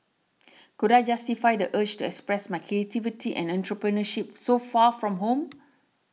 could I justify the urge to express my creativity and entrepreneurship so far from home